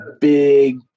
big